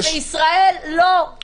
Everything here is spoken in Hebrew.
וישראל לא --- דיברו על זה.